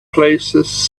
places